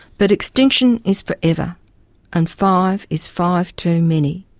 but extinction is forever and five is five too many.